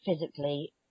physically